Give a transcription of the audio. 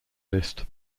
list